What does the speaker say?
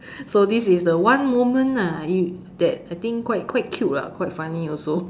so this is the one moment ah that I think quite cute lah quite funny also